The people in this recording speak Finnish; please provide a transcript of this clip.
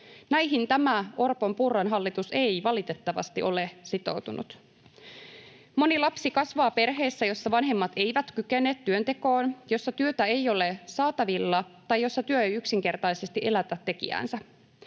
Näihin tämä Orpon—Purran hallitus ei valitettavasti ole sitoutunut. Moni lapsi kasvaa perheessä, jossa vanhemmat eivät kykene työntekoon, jolle työtä ei ole saatavilla tai jossa työ ei yksinkertaisesti elätä tekijäänsä.